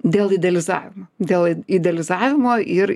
dėl idealizavimo dėl idealizavimo ir